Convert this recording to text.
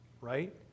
right